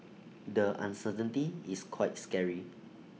the uncertainty is quite scary